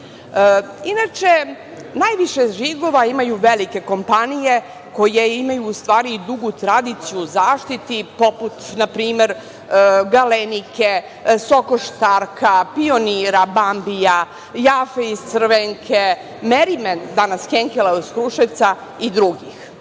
Inače, najviše žigova imaju velike kompanije koje imaju u stvari dugu tradiciju u zaštiti poput na primer „Galenike“, „Soko štarka“, „Pionira“, „Bambija“, „Jafe“ iz Crvenke, „Merime“, danas „Henkela“ iz Kruševca i drugih. Ove